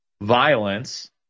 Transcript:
violence